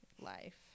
life